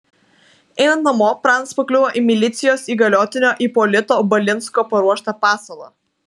einant namo pranas pakliuvo į milicijos įgaliotinio ipolito balinsko paruoštą pasalą